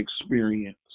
experience